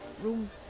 Room